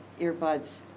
earbuds